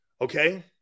okay